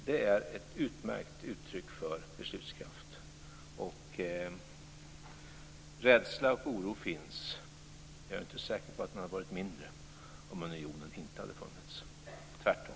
Det är ett utmärkt uttryck för beslutskraft. Rädslan och oron finns, men jag är inte säker på att den hade varit mindre om unionen inte hade funnits - tvärtom.